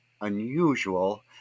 unusual